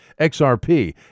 XRP